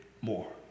more